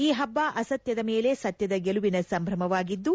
ಈ ಹಬ್ಬ ಅಸತ್ತದ ಮೇಲೆ ಸತ್ತದ ಗೆಲುವಿನ ಸಂಭ್ರಮವಾಗಿದ್ದು